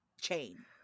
chain